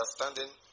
understanding